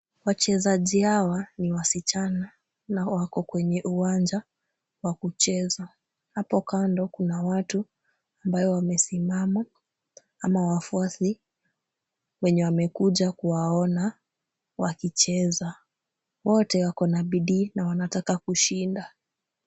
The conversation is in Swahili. Wachezaji hawa ni wasichana na wako kwenye uwanja wa kucheza. Hapo kando kuna watu, ambayo wamesimama ama wafuasi wenye wamekuja kuwaona wakicheza. Wote wako na bidii na wanataka kushinda.